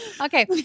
Okay